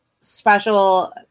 special